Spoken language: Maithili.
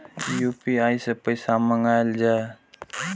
यू.पी.आई सै पैसा मंगाउल जाय?